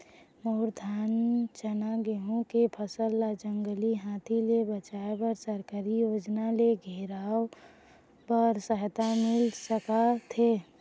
मोर धान चना गेहूं के फसल ला जंगली हाथी ले बचाए बर सरकारी योजना ले घेराओ बर सहायता मिल सका थे?